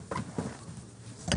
12:48)